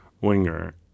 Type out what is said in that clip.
winger